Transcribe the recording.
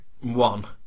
one